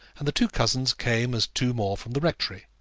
and the two cousins came as two more from the rectory.